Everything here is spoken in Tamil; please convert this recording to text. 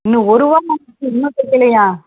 இன்னும் ஒரு வாரம் ஆச்சு இன்னும் தைக்கலையா